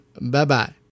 Bye-bye